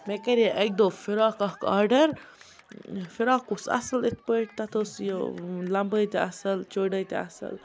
مےٚ کَرے اَکہِ دۄہ فِراک اَکھ آرڈَر فِراک اوس اَصٕل یِتھ پٲٹھۍ تَتھ اوس یہِ لَمبٲے تہِ اَصٕل چوڈٲے تہِ اَصٕل